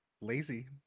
lazy